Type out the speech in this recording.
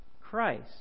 Christ